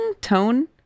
tone